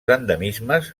endemismes